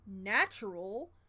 natural